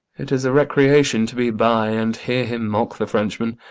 it is a recreation to be by and hear him mock the frenchman.